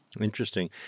Interesting